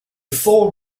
four